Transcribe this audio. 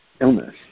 illness